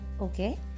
okay